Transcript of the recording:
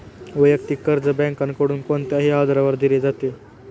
वैयक्तिक कर्ज बँकांकडून कोणत्याही आधारावर दिले जाते